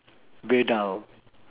beardile